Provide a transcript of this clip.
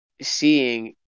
seeing